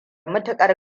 matuƙar